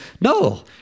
No